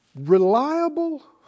Reliable